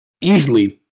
easily